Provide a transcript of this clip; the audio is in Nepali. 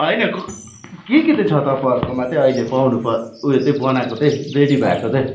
होइन के के चाहिँ छ तपाईँहरूकोमा चाहिँ अहिले पाउनु पर्ने उयो चाहिँ बनाएको चाहिँ रेडी भएको चाहिँ